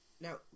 Now